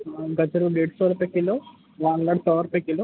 अ गजरुं ॾेढ सौ रुपए किलो वाङण सौ रुपए किलो